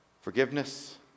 Forgiveness